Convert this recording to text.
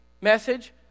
message